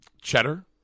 Cheddar